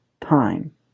time